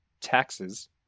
taxes